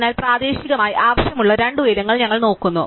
അതിനാൽ പ്രാദേശികമായി ആവശ്യമുള്ള രണ്ട് ഉയരങ്ങൾ ഞങ്ങൾ നോക്കുന്നു